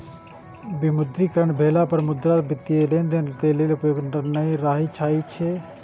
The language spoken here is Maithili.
विमुद्रीकरण भेला पर मुद्रा वित्तीय लेनदेन लेल उपयोगी नै रहि जाइ छै